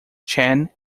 chan